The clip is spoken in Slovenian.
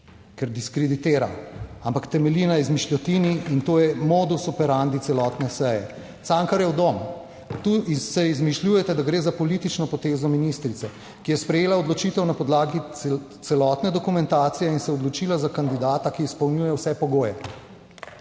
ker diskreditira, ampak temelji na izmišljotini. In to je modus operandi celotne seje. Cankarjev dom. Tu si izmišljujete, da gre za politično potezo ministrice, ki je sprejela odločitev na podlagi celotne dokumentacije in se odločila za kandidata, ki izpolnjuje vse pogoje